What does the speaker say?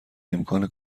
امکان